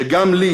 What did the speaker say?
שיש גם לי,